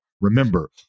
Remember